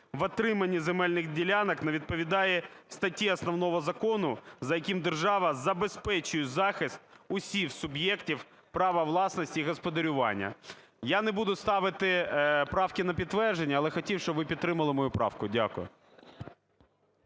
в отриманні земельних ділянок не відповідає статті основного закону, за яким держава забезпечує захист усіх суб'єктів права власності і господарювання. Я не буду ставити правки на підтвердження, але хотів, щоб ви підтримали мою правку. Дякую.